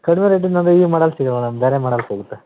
ಕಡಿಮೆ ರೇಟಿಂದು ಅಂದರೆ ಈ ಮಾಡಲ್ ಸಿಗೋಲ್ಲ ಮೇಡಮ್ ಬೇರೆ ಮಾಡಲ್ ಸಿಗುತ್ತೆ